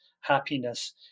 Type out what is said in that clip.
happiness